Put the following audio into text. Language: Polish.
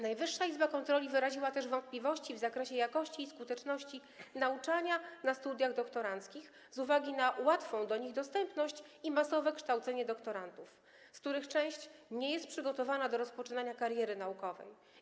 Najwyższa Izba Kontroli wyraziła też wątpliwości w zakresie jakości i skuteczności nauczania na studiach doktoranckich z uwagi na łatwą ich dostępność i masowe kształcenie doktorantów, z których część nie jest przygotowana do rozpoczynania kariery naukowej.